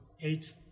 eight